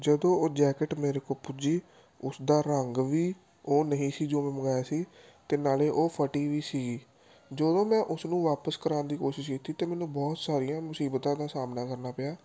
ਜਦੋਂ ਉਹ ਜੈਕਟ ਮੇਰੇ ਕੋਲ ਪੁੱਜੀ ਉਸ ਦਾ ਰੰਗ ਵੀ ਉਹ ਨਹੀਂ ਸੀ ਜੋ ਮੈਂ ਮੰਗਵਾਇਆ ਸੀ ਅਤੇ ਨਾਲੇ ਉਹ ਫਟੀ ਵੀ ਸੀ ਜਦੋਂ ਮੈਂ ਉਸ ਨੂੰ ਵਾਪਸ ਕਰਾਉਣ ਦੀ ਕੋਸ਼ਿਸ਼ ਕੀਤੀ ਤਾਂ ਮੈਨੂੰ ਬਹੁਤ ਸਾਰੀਆਂ ਮੂਸੀਬਤਾਂ ਦਾ ਸਾਹਮਣਾ ਕਰਨਾ ਪਿਆ